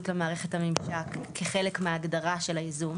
למערכת הממשק כחלק מההגדרה של הייזום,